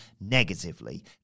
negatively